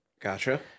Gotcha